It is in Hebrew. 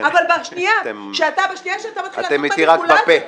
אבל בשנייה שאתה מתחיל לעשות מניפולציות --- אתם אתי רק בפה,